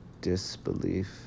disbelief